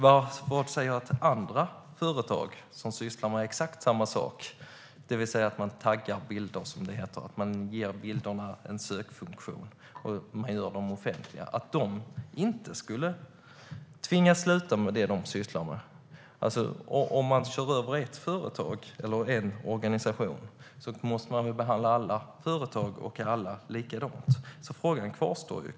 Vad säger att andra företag som sysslar med exakt samma sak, det vill säga att man kan tagga bilder, som det heter, ge bilderna en sökfunktion och göra dem offentliga, inte skulle tvingas sluta med det de sysslar med? Om man kör över ett företag eller en organisation måste man väl behandla alla företag och alla andra likadant. Frågan kvarstår.